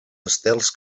estels